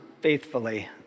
faithfully